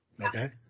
okay